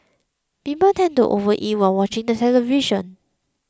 people tend to overeat while watching the television